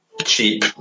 Cheap